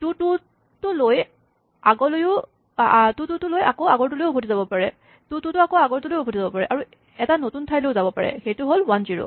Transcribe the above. two টু টো আকৌ আগৰটোলৈও উভতি যাব পাৰে আৰু এটা নতুন ঠাইলৈও যাব পাৰে সেইটো হ'ল ৱান জিৰ'